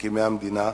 מקימי המדינה,